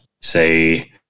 say